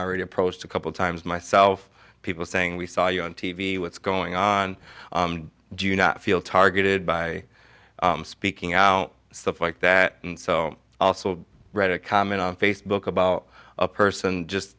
already approached a couple times myself people saying we saw you on t v what's going on do you not feel targeted by speaking out stuff like that and so i also read a comment on facebook about a person just